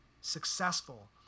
successful